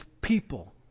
people